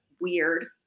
weird